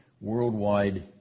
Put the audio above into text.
worldwide